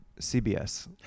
CBS